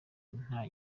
nta